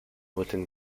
within